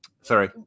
Sorry